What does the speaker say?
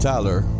Tyler